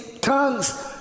tongues